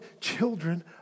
children